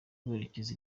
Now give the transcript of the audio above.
werekeza